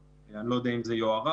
אני לא יודע אם זה יוארך,